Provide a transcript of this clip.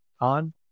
on